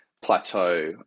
plateau